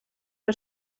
que